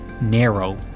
narrow